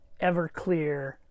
Everclear